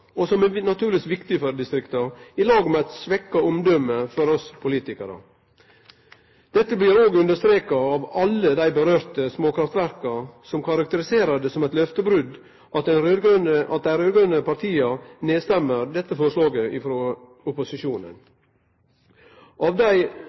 naturlegvis er viktig for distrikta, samtidig som vi politikarar har fått eit svekt omdømme. Dette blir òg understreka av alle dei småkraftverka det gjeld. Dei karakteriserer det som eit løftebrot at dei raud-grøne partia stemmer ned dette forslaget frå opposisjonen.